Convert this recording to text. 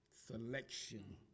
Selection